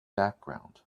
background